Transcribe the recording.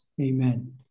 amen